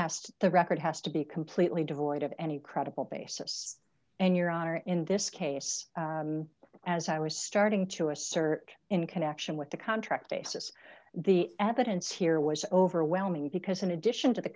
has to the record has to be completely devoid of any credible basis and your honor in this case as i risk starting to assert in connection with the contract basis the evidence here was overwhelming because in addition to the